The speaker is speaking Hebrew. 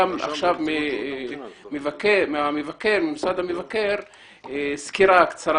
נשמע ממשרד מבקר המדינה סקירה קצרה